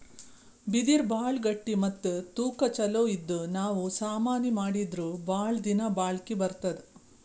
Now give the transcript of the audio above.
ಬಿದಿರ್ ಭಾಳ್ ಗಟ್ಟಿ ಮತ್ತ್ ತೂಕಾ ಛಲೋ ಇದ್ದು ನಾವ್ ಸಾಮಾನಿ ಮಾಡಿದ್ರು ಭಾಳ್ ದಿನಾ ಬಾಳ್ಕಿ ಬರ್ತದ್